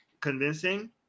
convincing